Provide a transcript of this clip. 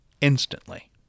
instantly